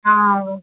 అదే